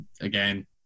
again